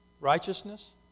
righteousness